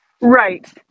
Right